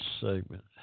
segment